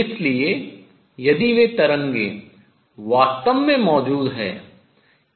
इसलिए यदि वे तरंगें वास्तव में मौजूद हैं